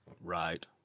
Right